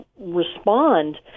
respond